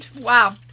Wow